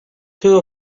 two